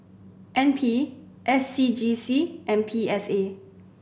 N P S C G C and P S A